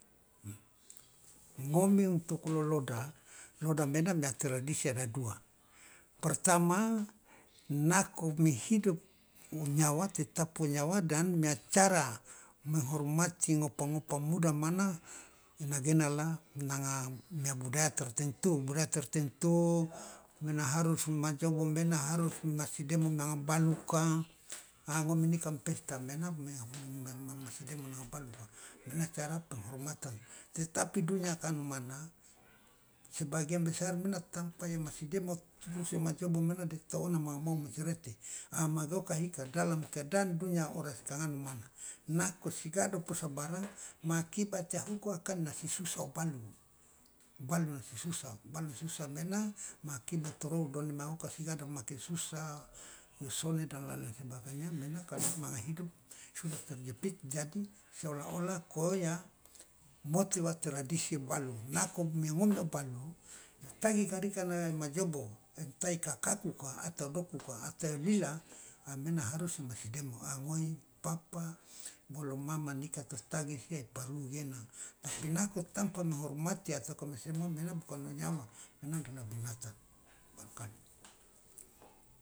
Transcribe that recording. Ngomi untuk loloda loloda maena mia tradisi ada dua pertama nako mi hidup nyawa atetap o nyawa dan mia cara menghormati ngopa ngopa muda mana inagenala nanga mia budaya tertentu budaya tertentu mena harus majobo mena harus mimasi demo manga baluka a ngomini kan pesta mena mimasi demo nanga baluka mena cara penghormatan tetapi dunia kan mana sebagian besar mena tampa yomasi demo turus yoma jobo de toona manga mau masirete a mage oka hika dalam keadaan dunia oras kangano mana nako sidago posabarang maakibat yahuku akannasi susa o balu balu nosi susa balu susa maena maakibat torou done mangoka sigado make susa yosone dan lain lain sebagainya maena ka nang manga hidup sudah terjepit jadi seola ola koya mote wa tradisi o balu nako mia ngomi mia balu yotagi ka dika na nia majobo yotaika kakuka atau dokuka atau yo lila a maena harus yomasi demo a ngohi papa bolo mama neika totagise ai parlu gena tapi nako tampa menghormati atauka bukan manyawa mana adalah binatang.